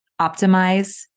optimize